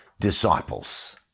disciples